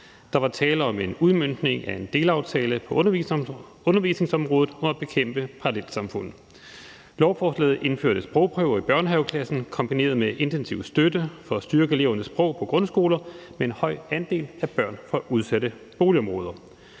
Der var tale om en udmøntning af en delaftale på undervisningsområdet om at bekæmpe parallelsamfund. Lovforslaget indførte sprogprøver i børnehaveklassen kombineret med intensiv støtte for at styrke elevernes sprog på grundskoler med en høj andel af børn fra udsatte boligområder.